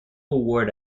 award